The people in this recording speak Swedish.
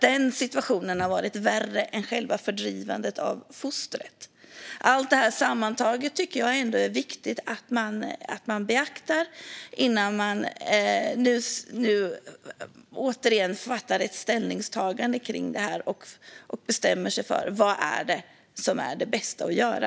Den situationen har varit värre än själva fördrivandet av fostret. Allt det här sammantaget tycker jag är viktigt att man beaktar innan man gör ett ställningstagande och bestämmer sig för vad som är det bästa att göra.